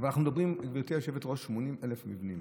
אנחנו מדברים, גברתי היושבת-ראש, על 80,000 מבנים,